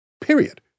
period